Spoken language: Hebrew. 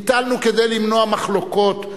ביטלנו כדי למנוע מחלוקות.